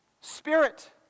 Spirit